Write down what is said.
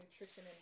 nutrition